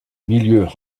milieu